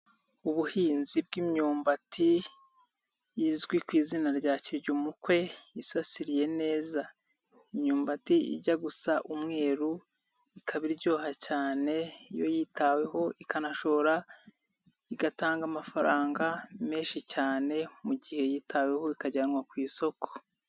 Ubuhinzi bw'imyumbati, izwi ku izina rya kirya umukwe isasiriye neza; imyumbati ijya gusa umweru ikaba iryoha cyane iyo yitaweho, ikanashobora gutanga amafaranga menshi cyane mu gihe yitaweho ikajyanwa ku isoko.